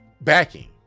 backing